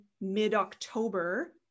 mid-October